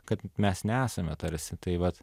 kad mes nesame tarsi tai vat